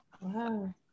Wow